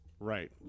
right